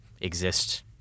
exist